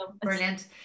brilliant